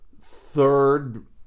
third